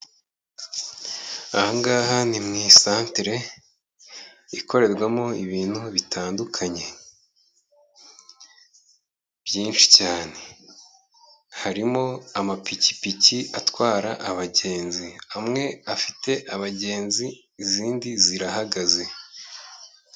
Aha ngaha ni mu isantere ikorerwamo ibintu bitandukanye byinshi cyane harimo amapikipiki atwara abagenzi amwe afite abagenzi izindi zirahagaze.